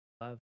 Love